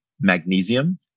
magnesium